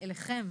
בבקשה,